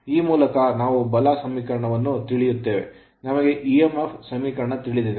ಈ ಮೂಲಕ ನಾವು ಬಲ ಸಮೀಕರಣವನ್ನು ತಿಳಿಯುತ್ತೇವೆ ನಮಗೆ emf ಸಮೀಕರಣ ತಿಳಿದಿದೆ